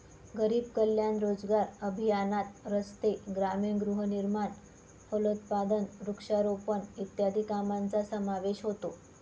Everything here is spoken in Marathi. गरीब कल्याण रोजगार अभियानात रस्ते, ग्रामीण गृहनिर्माण, फलोत्पादन, वृक्षारोपण इत्यादी कामांचा समावेश होतो